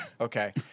okay